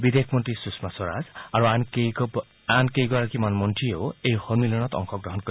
বিদেশ মন্ত্ৰী সুষমা স্বৰাজ আৰু আন কেইগৰাকীমান মন্ত্ৰীয়েও এই সম্মিলনত অংশগ্ৰহণ কৰিব